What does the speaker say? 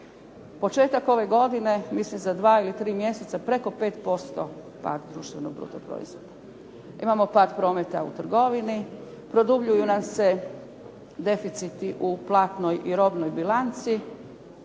Početak ove godine mislim za dva ili tri mjeseca preko 5% pad društvenog bruto proizvoda. Imamo pada prometa u trgovini, produbljuju nam se deficiti u platnoj i robnoj bilanci